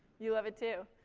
you love it, too.